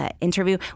interview